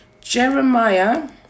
Jeremiah